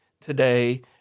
today